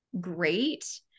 great